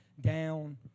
down